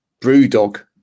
BrewDog